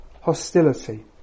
hostility